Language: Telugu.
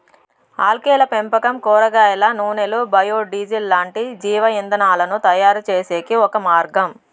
ఆల్గేల పెంపకం కూరగాయల నూనెలు, బయో డీజిల్ లాంటి జీవ ఇంధనాలను తయారుచేసేకి ఒక మార్గం